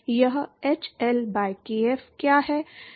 यह h L by kf क्या है